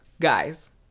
Guys